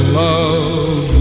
love